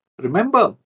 Remember